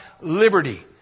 liberty